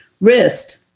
wrist